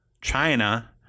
China